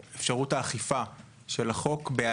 יש דיווח ויש עיצומים.